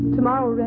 Tomorrow